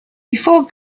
before